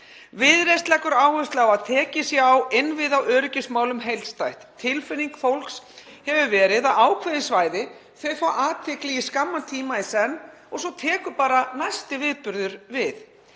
Viðreisn leggur áherslu á að tekið sé á innviða- og öryggismálum heildstætt. Tilfinning fólks hefur verið að ákveðin svæði fái athygli í skamman tíma í senn og svo tekur bara næsti viðburður við.